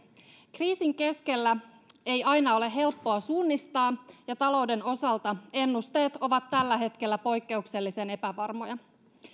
kriisin keskellä ei aina ole helppoa suunnistaa ja talouden osalta ennusteet ovat tällä hetkellä poikkeuksellisen epävarmoja